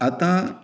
आतां